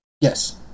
Yes